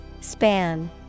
Span